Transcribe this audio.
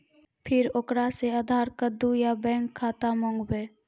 फिर ओकरा से आधार कद्दू या बैंक खाता माँगबै?